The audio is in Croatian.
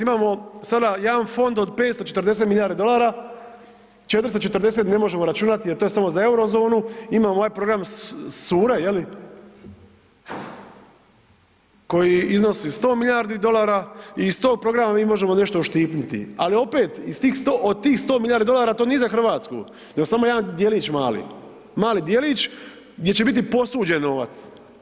Imamo sada jedan fond od 540 milijardi dolara, 440 ne možemo računati jer to je samo za Eurozonu, imamo ovaj program sure je li, koji iznosi 100 milijardi dolara i iz tog programa mi možemo nešto uštipniti, ali opet iz tih 100, od tih 100 milijardi dolara, to nije za RH, nego samo jedan djelić mali, mali djelić gdje će biti posuđen novac.